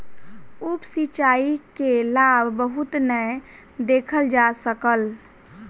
उप सिचाई के लाभ बहुत नै देखल जा सकल